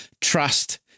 trust